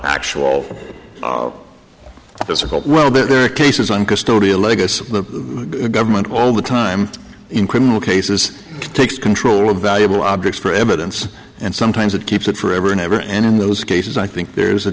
actual physical well there are cases on custodial legacies of the government all the time in criminal cases takes control of valuable objects for evidence and sometimes it keeps it forever and ever and in those cases i think there's a